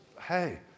hey